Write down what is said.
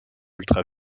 ultra